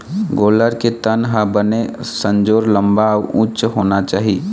गोल्लर के तन ह बने संजोर, लंबा अउ उच्च होना चाही